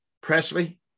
Presley